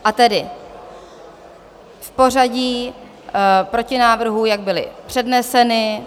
A tedy v pořadí protinávrhů, jak byly předneseny.